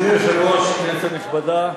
אדוני היושב-ראש, כנסת נכבדה,